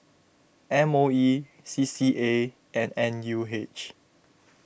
M O E C C A and N U H